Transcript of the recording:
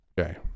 Okay